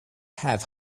have